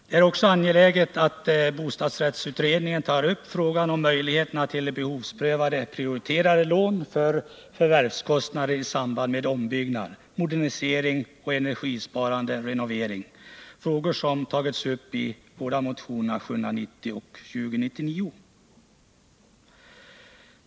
Det är också angeläget att bostadsrättsutredningen tar upp frågan om möjligheterna till behovsprövade prioriterade lån för förvärvskostnader i samband med ombyggnad, modernisering och energisparande renovering — frågor som tagits upp i motionerna 790 och 2099.